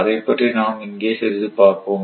அதைப்பற்றி நாம் இங்கே சிறிது பார்ப்போம்